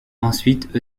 ensuite